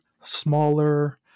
smaller